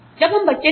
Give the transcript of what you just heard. जब हम बच्चे थे